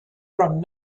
from